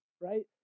right